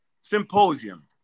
Symposium